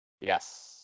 Yes